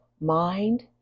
mind